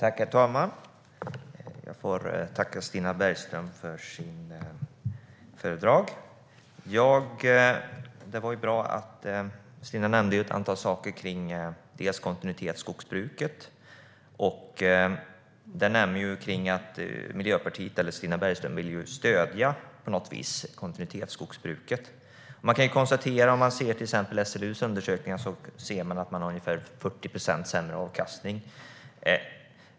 Herr talman! Jag får tacka Stina Bergström för anförandet. Stina nämnde ett antal saker kring kontinuitetsskogsbruket, bland annat att Miljöpartiet eller Stina Bergström vill stödja kontinuitetsskogsbruket på något vis. Om vi tittar på SLU:s undersökningar ser vi att ett kontinuitetsskogsbruk har ungefär 40 procent sämre avkastning.